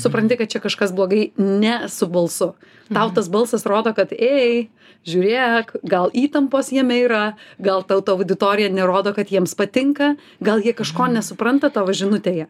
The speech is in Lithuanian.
supranti kad čia kažkas blogai ne su balsu tau tas balsas rodo kad ei žiūrėk gal įtampos jame yra gal tau ta auditorija nerodo kad jiems patinka gal jie kažko nesupranta tavo žinutėje